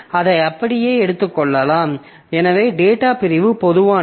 அதை அப்படியே எடுத்துக் கொள்ளலாம் எனவே டேட்டா பிரிவு பொதுவானது